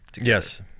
Yes